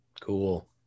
Cool